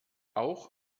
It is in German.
auch